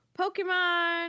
Pokemon